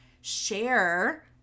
Share